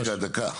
רגע, דקה.